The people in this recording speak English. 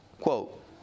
quote